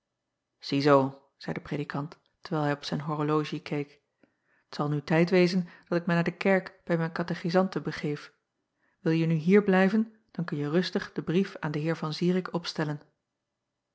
iezoo zeî de predikant terwijl hij op zijn horologie keek t zal nu tijd wezen dat ik mij naar de kerk bij mijn katechizanten begeef wilje nu hier blijven dan kunje rustig den brief aan den eer an irik opstellen